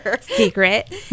secret